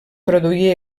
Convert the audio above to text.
produir